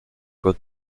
with